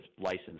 license